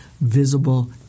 visible